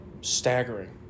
staggering